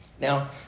Now